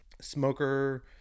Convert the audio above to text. Smoker